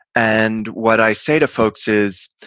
and what i say to folks is,